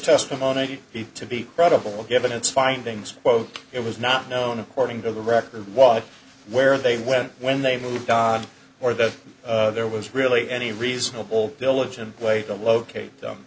testimony to be credible given its findings it was not known according to the record why where they went when they moved on or that there was really any reasonable diligent way to locate